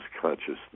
consciousness